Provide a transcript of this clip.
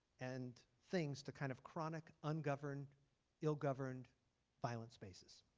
and things to kind of chronic ungoverned ill governed violent spaces.